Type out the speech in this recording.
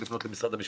שמעת את כולם.